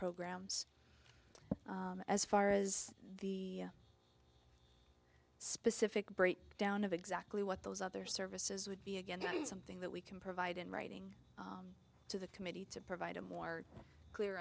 programs as far as the specific breakdown of exactly what those other services would be again something that we can provide in writing to the committee to provide a more clear